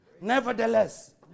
Nevertheless